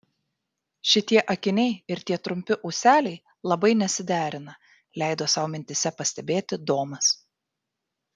šitie akiniai ir tie trumpi ūseliai labai nesiderina leido sau mintyse pastebėti domas